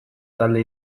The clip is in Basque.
talde